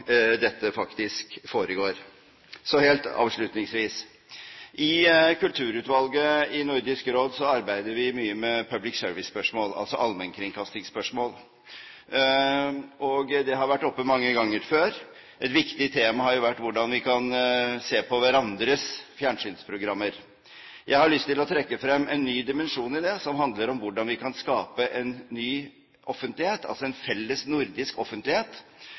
dette faktisk foregår. Så helt avslutningsvis: I kulturutvalget i Nordisk Råd arbeider vi mye med «public service»-spørsmål, altså allmennkringkastingsspørsmål. Det har vært oppe mange ganger før. Et viktig tema har vært hvordan vi kan se på hverandres fjernsynsprogrammer. Jeg har lyst til å trekke frem en ny dimensjon i det, som handler om hvordan vi kan skape en ny offentlighet, en felles nordisk offentlighet.